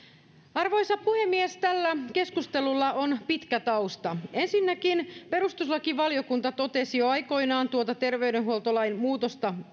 arvoisa puhemies tällä keskustelulla on pitkä tausta ensinnäkin perustuslakivaliokunta jo aikoinaan tuota terveydenhuoltolain muutosta